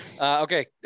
Okay